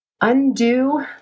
undo